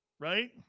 Right